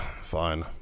Fine